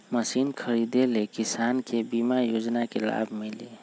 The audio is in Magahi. मशीन खरीदे ले किसान के बीमा योजना के लाभ मिली?